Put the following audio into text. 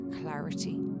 clarity